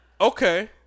okay